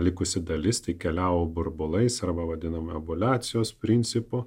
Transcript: likusi dalis tai keliavo burbulais arba vadinamojo buliacijos principu